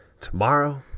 Tomorrow